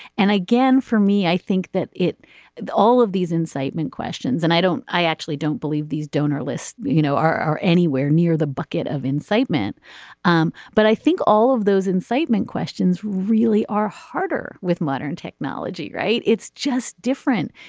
and again for me i think that it all of these incitement questions and i don't i actually don't believe these donor list you know are are anywhere near the bucket of incitement um but i think all of those incitement questions really are harder with modern technology right. it's just different.